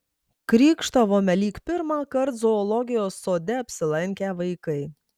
krykštavome lyg pirmąkart zoologijos sode apsilankę vaikai